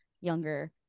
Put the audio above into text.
younger